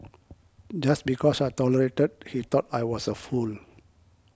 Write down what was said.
just because I tolerated he thought I was a fool